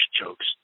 jokes